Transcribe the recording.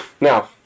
Now